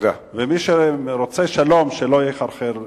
ומי שרוצה שלום שלא יחרחר מלחמה.